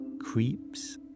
creeps